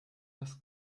das